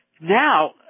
now